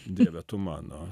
dieve tu mano